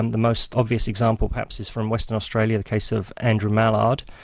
and the most obvious example perhaps is from western australia, the case of andrew mallard,